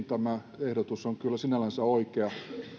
tämä ehdotus on todellakin kyllä sinällänsä oikea